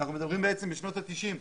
אנחנו מדברים בשנות ה-90,